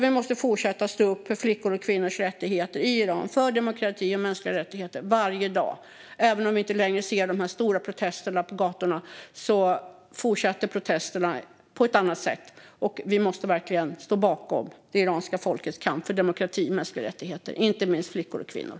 Vi måste fortsätta stå upp för flickors och kvinnors rättigheter i Iran och för demokrati och mänskliga rättigheter varje dag. Även om vi inte längre ser de här stora protesterna på gatorna fortsätter protesterna på ett annat sätt, och vi måste verkligen stå bakom det iranska folkets kamp för demokrati och mänskliga rättigheter, inte minst flickors och kvinnors.